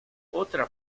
otra